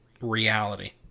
reality